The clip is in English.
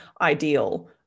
ideal